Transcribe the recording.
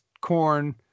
corn